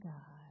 God